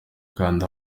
kanda